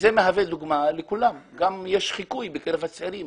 וזה מהווה דוגמה לכולם ויש חיקוי בקרב הצעירים